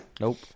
Nope